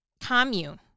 commune